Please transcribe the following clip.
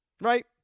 Right